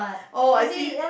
oh I see